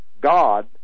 God